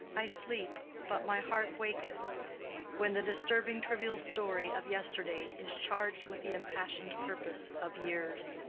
i sleep, but my heart waketh when the disturbing trivial story of yesterday is charged with the impassioned purpose of years.